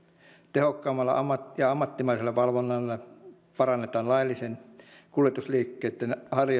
tehokkaammalla ja ammattimaisella valvonnalla parannetaan laillisten kuljetusliikkeitten